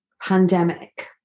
pandemic